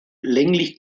länglich